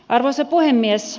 arvoisa puhemies